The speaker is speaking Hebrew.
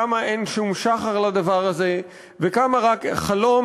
כמה אין שום שחר לדבר הזה וכמה רק חלום